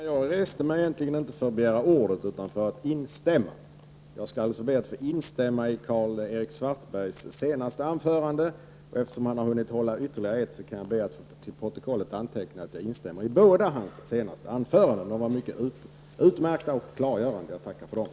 Herr talman! Jag reste mig inte för att begära ordet utan för att instämma. Jag ber alltså att få instämma i Karl-Erik Svartbergs anförande. Eftersom han därefter har hunnit hålla ytterligare ett anförande, ber jag att få instämma också i det. Hans anföranden var utmärkta och klargörande, och det tackar jag för.